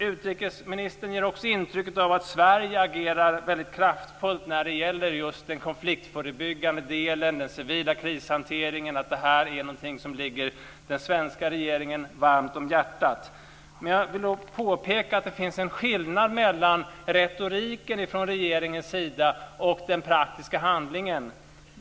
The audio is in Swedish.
Utrikesministern försöker vidare ge intrycket att Sverige agerar väldigt kraftfullt i den civila förebyggande krishanteringen och att denna ligger den svenska regeringen varmt om hjärtat. Jag vill dock påpeka att det finns en skillnad mellan regeringens retorik och den praktiska handlingen.